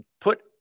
put